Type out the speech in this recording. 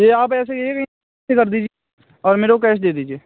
यह आप ऐसे कर दीजिए और मेरे को कैश दे दीजिए